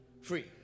free